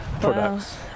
products